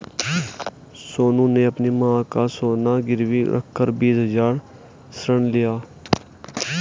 सोनू ने अपनी मां का सोना गिरवी रखकर बीस हजार ऋण लिया